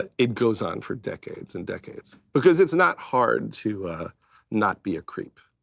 it goes on for decades and decades. because it's not hard to not be a creep.